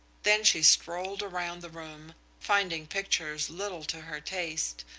then she strolled around the room, finding pictures little to her taste,